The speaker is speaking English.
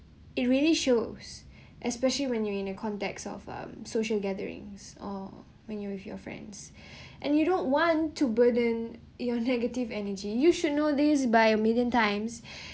it really shows especially when you in a context of um social gatherings or when you're with your friends and you don't want to burden your negative energy you should know these by a million times